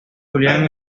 julian